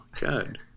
Good